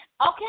okay